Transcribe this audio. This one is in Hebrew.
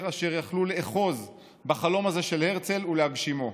אשר יכלו לאחוז בחלום הזה של הרצל ולהגשימו.